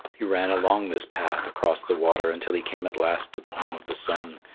he ran along this path across the water until he came at last to the home of the sun,